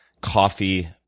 coffee